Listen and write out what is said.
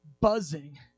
buzzing